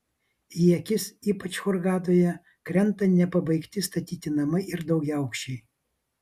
į akis ypač hurgadoje krenta nepabaigti statyti namai ir daugiaaukščiai